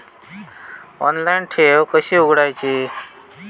Online ठेव कशी उघडायची?